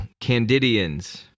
Candidians